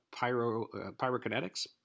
pyrokinetics